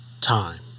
time